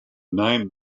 name